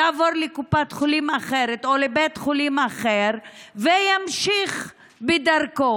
יעבור לקופת חולים אחרת או לבית חולים אחר וימשיך בדרכו,